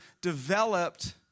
developed